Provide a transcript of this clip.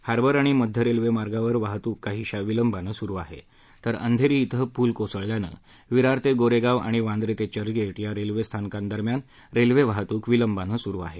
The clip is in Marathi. हार्बर आणि मध्य रेल्वे मार्गावर वाहतूक काहीशा विलंबानं सुरु आहे तर अंधेरी ि ्विं पूल कोसळल्यानं विरार ते गोरेगाव आणि वांद्रे ते चर्चगेट या रेल्वेस्थानकादरम्यानच रेल्वे वाहतूक विलंबानं सुरु आहे